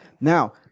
Now